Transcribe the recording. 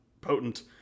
potent